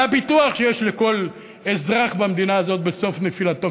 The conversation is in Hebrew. על הביטוח שיש לכל אזרח במדינה הזאת בסוף נפילתו,